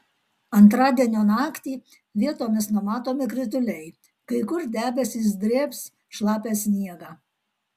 antradienio naktį vietomis numatomi krituliai kai kur debesys drėbs šlapią sniegą